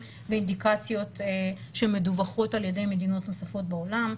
ואינדיקציות שמדווחות על ידי מדינות נוספות בעולם.